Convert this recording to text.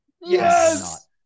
Yes